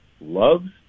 loves